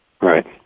Right